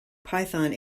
python